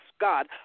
God